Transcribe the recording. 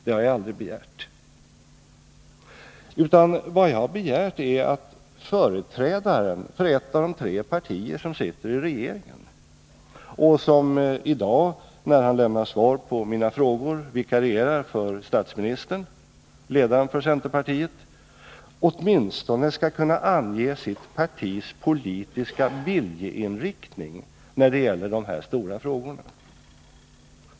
Det har jag aldrig begärt, utan vad jag har begärt är att företrädaren för ett av de tre partier som sitter i regeringen och som i dag när han lämnar svar på mina frågor vikarierar för statsministern, ledaren för centerpartiet, åtminstone skall kunna ange sitt partis politiska viljeinriktning när det gäller de här stora frågorna.